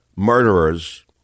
murderers